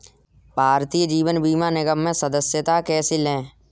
भारतीय जीवन बीमा निगम में सदस्यता कैसे लें?